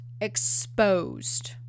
exposed